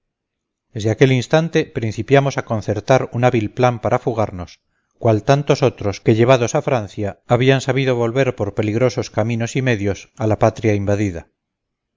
desde aquel instante principiamos a concertar un hábil plan para fugarnos cual tantos otros que llevados a francia habían sabido volver por peligrosos caminos y medios a la patria invadida